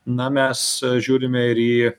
na mes žiūrime ir į